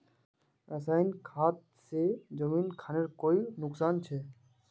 रासायनिक खाद से जमीन खानेर कोई नुकसान छे?